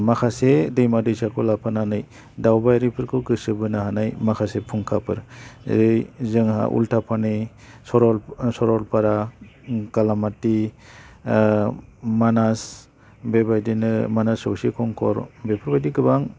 माखासे दैमा दैसाखौ लाफानानै दावबायारिफोरखौ गोसो बोनो हानाय माखासे फुंखाफोर जेरै जोंहा उल्टा पानि सरलपारा कालामाति मानास बेबायदिनो मानास सौसे कंकर बेफोरबायदि गोबां